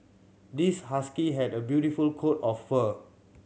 this husky had a beautiful coat of fur